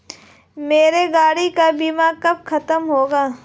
मेरे गाड़ी का बीमा कब खत्म होगा?